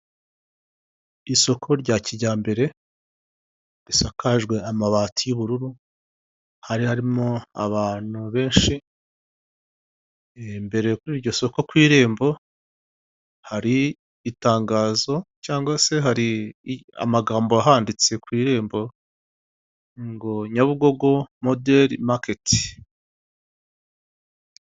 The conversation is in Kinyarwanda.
Isoko rya kijyambere risakajwe amabati y'ubururu hari harimo abantu benshi, imbere kuri iryo soko ku irembo hari itangazo cyangwa se hari amagambo ahanditse ku irembo ngo, nyabugogo moderi maketi.